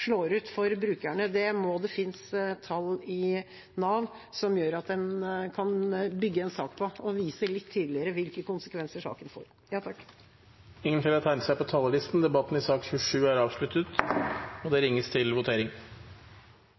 slår ut for brukerne. Det må det finnes tall i Nav som gjør at en kan bygge en sak på og vise litt tydeligere hvilke konsekvenser saken får. Flere har ikke bedt om ordet til sak nr. 27. Den innkalte vararepresentanten for Nordland, Kari Anne Bøkestad Andreassen, tar nå sete. Stortinget går da til votering